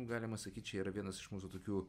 galima sakyt čia yra vienas iš mūsų tokių